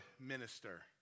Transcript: minister